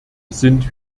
sind